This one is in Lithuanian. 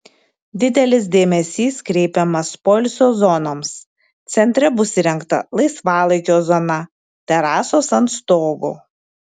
didelis dėmesys kreipiamas poilsio zonoms centre bus įrengta laisvalaikio zona terasos ant stogo